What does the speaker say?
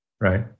Right